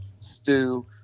stew